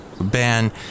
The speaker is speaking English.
Ban